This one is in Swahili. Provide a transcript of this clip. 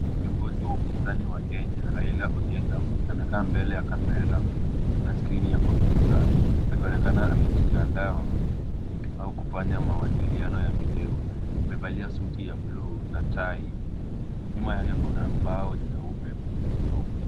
Kiongozi wa upinzani wa Kenya Raila Odinga amekaa mbele ya kamera na skrini ya kompyuta akionekana amejiandaa au kufanya mawasiliano ya video. Amevalia suti ya blue na tai. Nyuma yake kuna mbao nyeupe tupu.